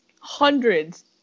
hundreds